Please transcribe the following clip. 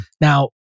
Now